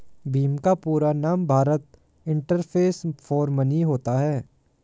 भीम का पूरा नाम भारत इंटरफेस फॉर मनी होता है